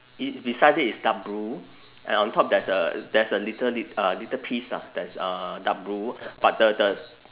it's beside it is dark blue and on top there's a there's a little lid uh little piece lah that's uh dark blue but the the